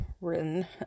written